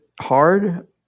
hard